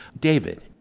David